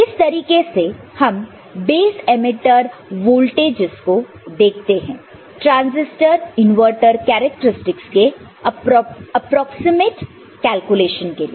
इस तरीके से हम बेस एमीटर वोल्टेजस को देखते हैं ट्रांजिस्टर इनवर्टर करैक्टेरिस्टिक्स के एप्रोक्सीमेट कैलकुलेशन के लिए